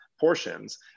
portions